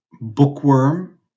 bookworm